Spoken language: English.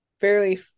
fairly